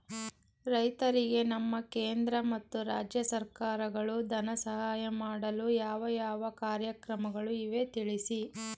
ರೈತರಿಗೆ ನಮ್ಮ ಕೇಂದ್ರ ಮತ್ತು ರಾಜ್ಯ ಸರ್ಕಾರಗಳು ಧನ ಸಹಾಯ ಮಾಡಲು ಯಾವ ಯಾವ ಕಾರ್ಯಕ್ರಮಗಳು ಇವೆ ತಿಳಿಸಿ?